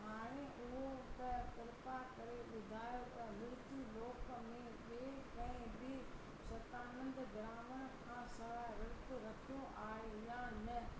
हाणे उओ त कृपा करे ॿुधायो त मृत्यु लोक में ॿिए कंहिं बि शतानंद ब्राहमण खां सवाइ वृत रखियो आहे या न